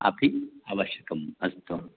अपि आवश्यकम् अस्तु